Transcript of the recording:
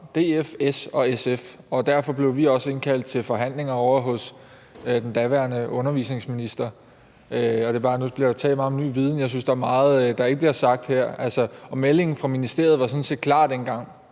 DF, S og SF, og derfor blev vi også indkaldt til forhandlinger ovre hos den daværende undervisningsminister. Nu bliver der talt meget om ny viden, men jeg synes, der er meget, der ikke bliver sagt her. Meldingen fra ministeriet var sådan